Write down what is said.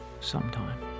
sometime